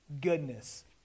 goodness